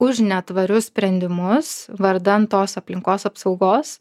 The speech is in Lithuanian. už netvarius sprendimus vardan tos aplinkos apsaugos